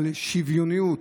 על שוויוניות,